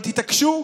אבל תתעקשו,